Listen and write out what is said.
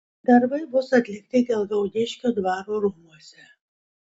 darbai bus atlikti gelgaudiškio dvaro rūmuose